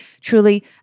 truly